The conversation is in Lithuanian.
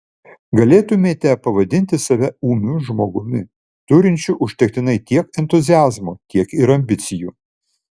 galėtumėte pavadinti save ūmiu žmogumi turinčiu užtektinai tiek entuziazmo tiek ir ambicijų